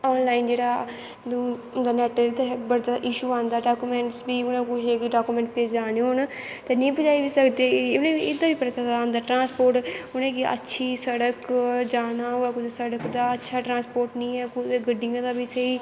online जेह्ड़ा होंदा net ते बड़ा जैदा इशू औंदा डाकूमैंट्स बी उ'नें कुसै गी डाकूमैंट्स पजाने होन ते नेईं पजाई बी सकदे एह्दा बी बड़ा जैदा औंदा ट्रासंपोर्ट उ'नेंगी अच्छी सड़क जाना होऐ कुतै सड़क दा अच्छा ट्रांसपोर्ट निं ऐ कुदै गड्डियें दा बी स्हेई